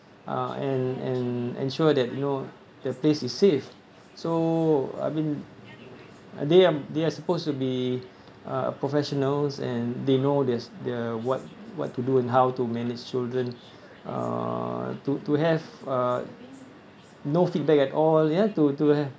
uh and and ensure that you know the place is safe so I mean they are they are supposed to be uh professionals and they know they're they're what what to do and how to manage children uh to to have uh no feedback at all ya to to have